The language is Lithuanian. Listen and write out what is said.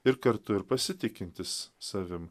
ir kartu ir pasitikintis savim